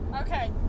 Okay